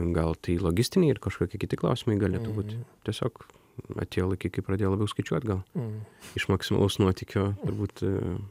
gal tai logistiniai ir kažkokie tai kiti klausimai galėtų būti tiesiog atėjo laikai kai pradėjo labiau skaičiuot gal iš maksimalaus nuotykio turbūt